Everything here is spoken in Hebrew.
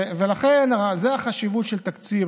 לכן, זו החשיבות של תקציב.